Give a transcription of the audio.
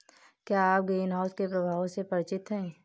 क्या आप ग्रीनहाउस के प्रभावों से परिचित हैं?